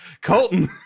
Colton